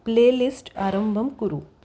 play list आरम्भं कुरु